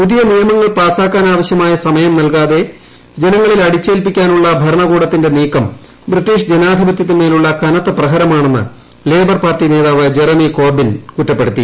പുതിയ നിയമങ്ങൾ പാസാക്കാനാവശ്യമായ സമയം നൽകാതെ ജനങ്ങളിൽ അടിച്ചേൽപ്പിക്കാനുള്ള ഭരണകൂടത്തിന്റെ നീക്കം ബ്രിട്ടീഷ് ജനാധിപത്യത്തിനുമേലുള്ള കനത്ത പ്രഹരമാണെന്ന് ലേബർപാർട്ടി നേതാവ് ജെറെമി കോർബിൻ കുറ്റപ്പെടുത്തി